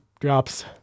drops